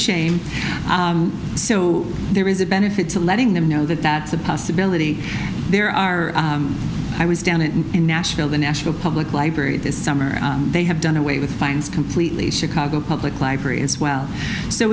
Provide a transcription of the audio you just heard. shame so there is a benefit to letting them know that that's a possibility there are i was down in nashville the national public library this summer they have done away with fines completely chicago public library as well so